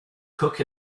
cook